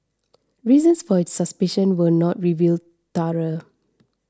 reasons for its suspicion were not revealed through